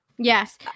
Yes